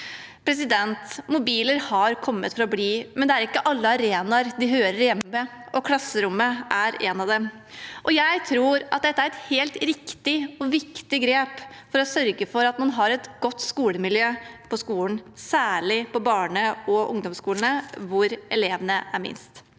Mobiler har kommet for å bli, men det er ikke alle arenaer de hører hjemme ved, og klasserommet er en slik arena. Jeg tror at dette er et helt riktig og viktig grep for å sørge for at man har et godt miljø på skolen, særlig på barne- og ungdomsskolene hvor elevene er minst.